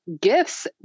gifts